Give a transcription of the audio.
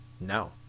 no